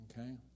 Okay